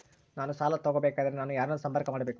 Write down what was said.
ನಾನು ಸಾಲ ತಗೋಬೇಕಾದರೆ ನಾನು ಯಾರನ್ನು ಸಂಪರ್ಕ ಮಾಡಬೇಕು?